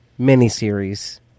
miniseries